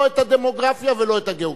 לא את הדמוגרפיה ולא את הגיאוגרפיה.